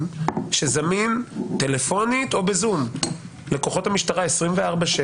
שזמין טלפונית או ב-זום לכוחות המשטרה 24/7,